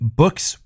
books